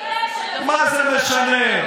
מה זה משנה?